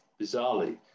bizarrely